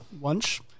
lunch